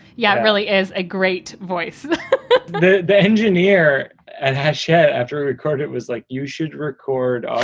yeah, it really is a great voice the the engineer has shed after a record. it was like you should record. ah